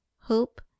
hope